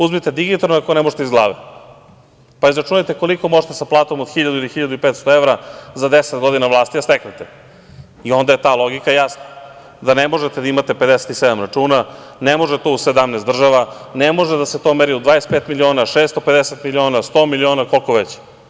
Uzmite digitron, ako ne možete iz glave, pa izračunajte koliko možete sa platom od 1.000 ili 1.500 evra za 10 godina vlasti da steknete i onda je ta logika jasna - ne možete da imate 57 računa, ne može to u 17 država, ne može da se to meri u 25 miliona, 650 miliona, 100 miliona, koliko već.